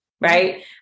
Right